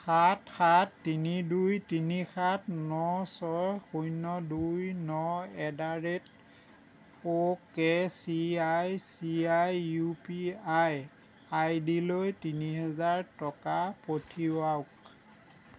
সাত সাত তিনি দুই তিনি সাত ন ছয় শূন্য দুই ন at the rate O K C I C I U P I I ডিলৈ তিনিহাজাৰ টকা পঠিৱাওঁক